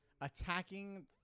attacking